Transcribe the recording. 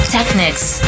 Technics